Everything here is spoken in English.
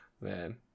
man